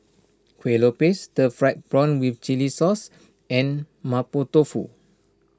Kueh Lopes Stir Fried Prawn with Chili Sauce and Mapo Tofu